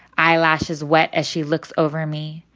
eyelashes wet, as she looks over me.